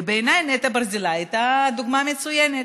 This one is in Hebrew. ובעיניי נטע ברזילי הייתה דוגמה מצוינת.